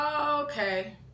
Okay